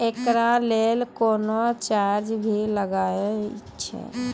एकरा लेल कुनो चार्ज भी लागैये?